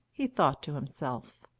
he thought to himself.